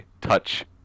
touch